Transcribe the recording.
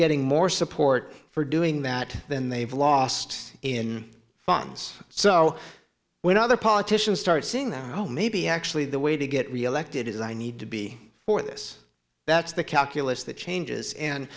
getting more support for doing that than they've lost in funds so when other politicians start seeing that oh maybe actually the way to get reelected is i need to be for this that's the calculus that changes and